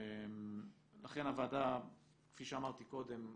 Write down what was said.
לכן, הוועדה כפי שאמרתי קודם,